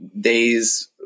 days